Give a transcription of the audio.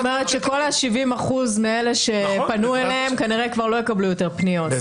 כל ה-70% מאלה שפנו אליהם כנראה כבר לא יקבלו יותר פניות?